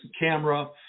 camera